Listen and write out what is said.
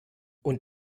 und